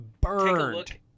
burned